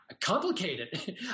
Complicated